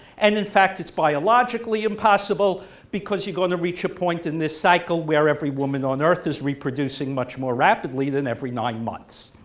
and in fact it's biologically impossible because you're going to reach a point in this cycle where every woman on earth is reproducing much more rapidly than every nine months.